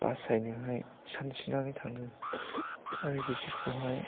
बासायनोहाय सानस्रिनानै थाङो आरो बिसोरखौहाय